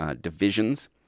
divisions